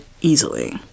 easily